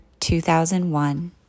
2001